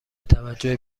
توجه